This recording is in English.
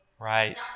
right